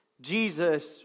Jesus